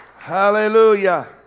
Hallelujah